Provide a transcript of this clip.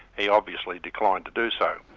he obviously declined to do so.